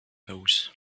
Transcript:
knows